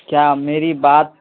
کیا میری بات